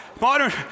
modern